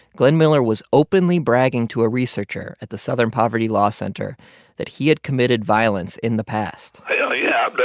glenn miller was openly bragging to a researcher at the southern poverty law center that he had committed violence in the past yeah, yeah but